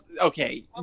Okay